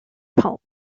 pulp